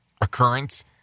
occurrence